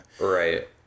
right